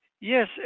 Yes